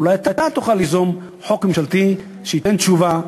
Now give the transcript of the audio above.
אולי אתה תוכל ליזום חוק ממשלתי שייתן תשובה,